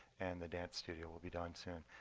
and the dance studio will be done soon.